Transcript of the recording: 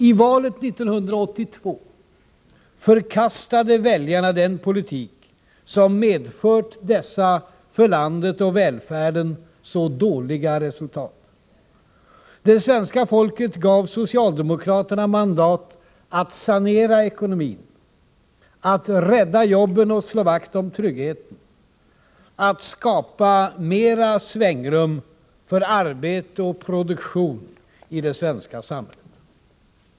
I valet 1982 förkastade väljarna den politik som medfört dessa för landet och välfärden så dåliga resultat. Det svenska folket gav socialdemokraterna mandat att sanera ekonomin, att rädda jobben och slå vakt om tryggheten, att skapa mera svängrum för arbete och produktion i det svenska samhället.